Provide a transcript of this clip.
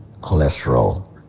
cholesterol